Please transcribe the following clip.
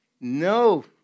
no